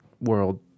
world